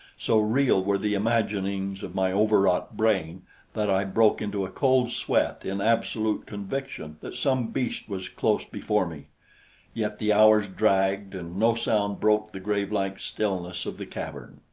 so real were the imaginings of my overwrought brain that i broke into a cold sweat in absolute conviction that some beast was close before me yet the hours dragged, and no sound broke the grave-like stillness of the cavern.